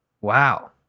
Wow